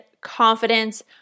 confidence